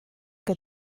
que